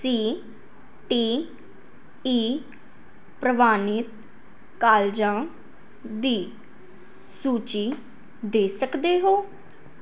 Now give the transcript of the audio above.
ਸੀ T E ਪ੍ਰਵਾਨਿਤ ਕਾਲਜਾਂ ਦੀ ਸੂਚੀ ਦੇ ਸਕਦੇ ਹੋ